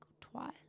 twice